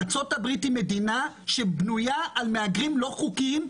ארצות הברית היא מדינה שבנויה על מהגרים לא חוקיים,